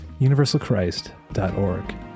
universalchrist.org